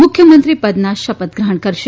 મુખ્યમંત્રી પદના શપથ ગ્રહણ કરશે